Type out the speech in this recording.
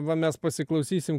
va mes pasiklausysim